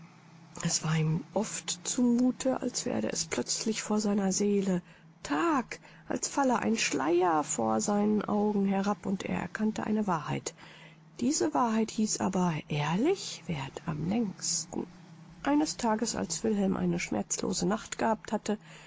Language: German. es war ihm oft zu muthe als werde es plötzlich vor seiner seele tag als falle ein schleier vor seinen augen herab und er erkannte eine wahrheit diese wahrheit hieß aber ehrlich währt am längsten eines tages als wilhelm eine schmerzlose nacht gehabt hatte